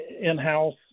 in-house